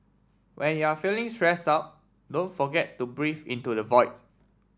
when you are feeling stress out don't forget to breathe into the void